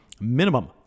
Minimum